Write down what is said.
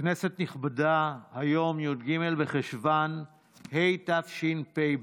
כנסת נכבדה, היום י"ג בחשוון התשפ"ב,